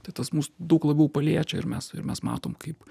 tai tas mus daug labiau paliečia ir mes ir mes matom kaip